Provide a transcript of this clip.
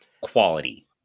quality